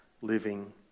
living